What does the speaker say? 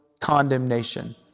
condemnation